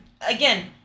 again